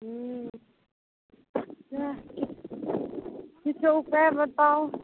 हु किछो उपाय बताउ